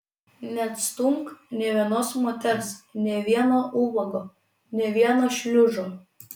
neatstumk nė vienos moters nė vieno ubago nė vieno šliužo